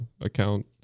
account